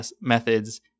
methods